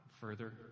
further